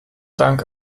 dank